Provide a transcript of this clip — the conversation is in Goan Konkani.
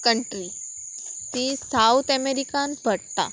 कंट्री ती सावत अमेरिकान पडटा